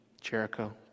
Jericho